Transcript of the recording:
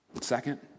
Second